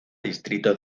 distrito